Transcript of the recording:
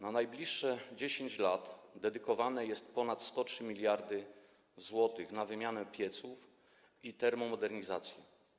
Na najbliższe 10 lat dedykowana jest kwota ponad 103 mld zł na wymianę pieców i termomodernizację.